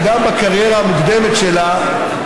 וגם מהקריירה המוקדמת שלה,